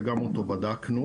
שגם אותו בדקנו.